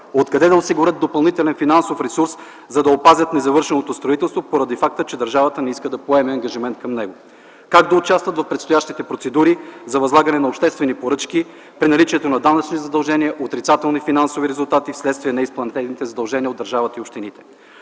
откъде да осигурят допълнителен финансов ресурс, за да опазят незавършеното строителство поради факта, че държавата не иска да поеме ангажимент към него; как да участват в предстоящите процедури за възлагане на обществени поръчки при наличието на данъчни задължения, отрицателни финансови резултати вследствие на неизплатените задължения от държавата и общините.